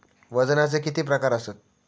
वजनाचे किती प्रकार आसत?